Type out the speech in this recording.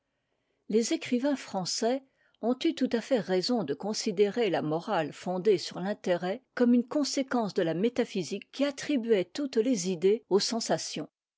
les écrivains français ont eu tout à fait raison de considérer la morale fondée sur l'intérêt comme une conséquence de la métaphysique qui attribuait toutes les idées aux sensations